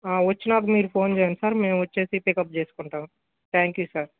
వచ్చినపుడు మీరు ఫోన్ చేయండి సార్ మేము వచ్చేసి పికప్ చేసుకుంటాం థ్యాంక్యూ సార్